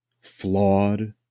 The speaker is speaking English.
flawed